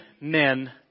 men